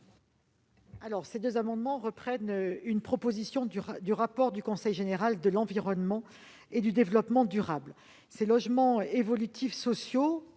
? Ces deux amendements reprennent une proposition du rapport du Conseil général de l'environnement et du développement durable (CGEDD). Ces logements évolutifs sociaux,